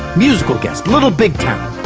musical guest little big town,